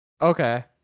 Okay